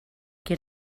que